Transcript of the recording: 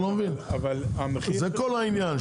זה כל העניין,